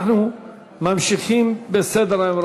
אנחנו ממשיכים בסדר-היום.